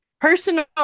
personal